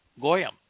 Goyim